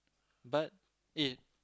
but eh